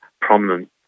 prominent